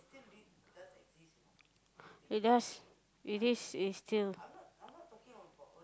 it does it is is still